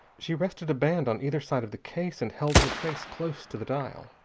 she rested a band on either side of the case and held her face close to the dial,